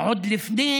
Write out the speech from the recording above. עוד לפני